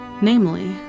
namely